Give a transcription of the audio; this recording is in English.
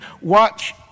watch